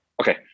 Okay